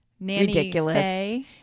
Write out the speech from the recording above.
ridiculous